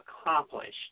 accomplished